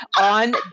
on